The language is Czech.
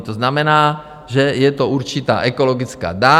To znamená, že je to určitá ekologická daň.